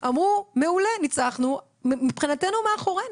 אמרו, מעולה, ניצחנו, מבחינתנו מאחורינו,